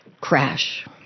crash